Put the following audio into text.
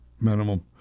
minimum